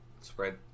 spread